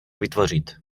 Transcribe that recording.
vytvořit